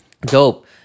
dope